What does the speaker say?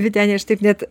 vyteni aš taip net